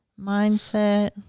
Mindset